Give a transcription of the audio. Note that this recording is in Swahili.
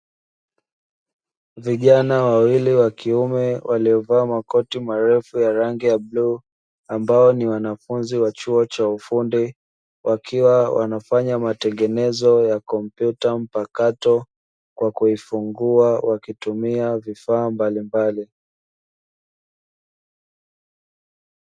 Vijana wawili wa kiume waliovaa makoti marefu ya rangi ya bluu, ambao ni wanafunzi wa chuo cha ufundi, wakiwa wanafanya matengenezo ya kompyuta mpakato kwa kuifungua wakitumia vifaa mbalimbali.